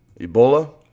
Ebola